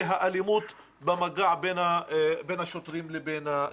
האלימות במגע בין השוטרים לבין האזרחים.